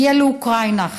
הגיעה לאוקראינה,